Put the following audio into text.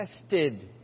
tested